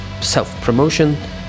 self-promotion